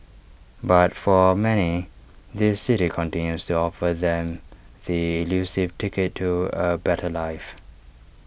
but for many this city continues to offer them the elusive ticket to A better life